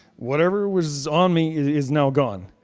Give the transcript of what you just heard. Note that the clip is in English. whatever was on me is now gone.